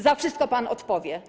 Za wszystko pan odpowie.